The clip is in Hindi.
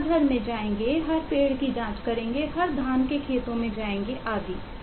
हम हर घर में जाएँगे हर पेड़ की जाँच करेंगे हर धान के खेतों में जाएँगे आदि